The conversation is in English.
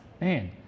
man